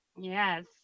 Yes